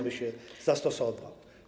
by się zastosował.